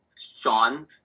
Sean